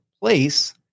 place